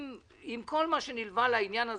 עם כל מה שנלווה לעניין הזה,